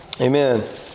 Amen